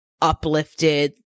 uplifted